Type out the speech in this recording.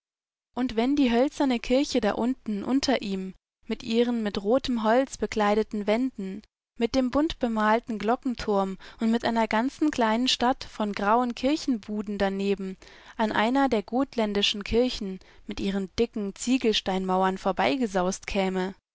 und wenn die hölzerne kirche da unten unter ihm mit ihren mit rotem holz bekleideten wänden mit dem buntbemalten glockenturm und mit einer ganzen kleinen stadt von grauen kirchenbuden daneben an einer der gotländischen kirchen mit ihren dicken ziegelsteinmauern vorbeigesaust kämen